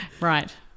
Right